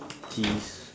tees